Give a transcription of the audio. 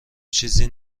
چیزی